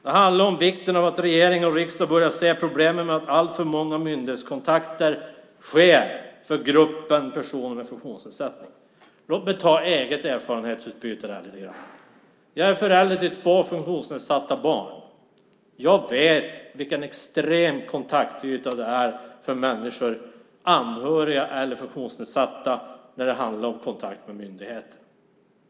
Det handlar om vikten av att regeringen och riksdagen bör se över problemen med alltför många myndighetskontakter för gruppen personer med funktionsnedsättning. Låt mig ta upp mina egna erfarenheter. Jag är förälder till två barn med funktionsnedsättning. Jag vet vad som krävs av människor, anhöriga eller personer med funktionsnedsättning, i kontakterna med myndigheterna.